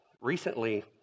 Recently